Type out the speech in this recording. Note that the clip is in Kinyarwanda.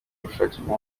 gushakirwa